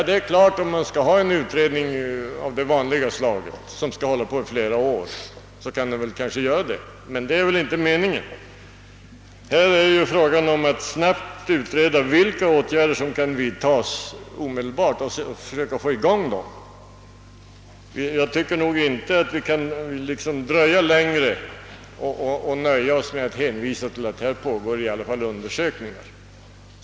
Det är givetvis riktigt om man skall ha en utredning av det gamla vanliga slaget som håller på i flera år. Men detta är ju inte meningen. Här är det fråga om att snabbutreda vilka åtgärder som kan vidtas omedelbart och att försöka få dem till stånd. Jag tycker nog inte att vi kan vänta längre och nöja oss med att hänvisa till att det pågår undersökningar.